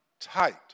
tight